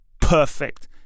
perfect